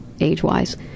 age-wise